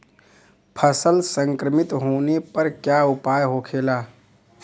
फसल संक्रमित होने पर क्या उपाय होखेला?